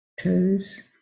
toes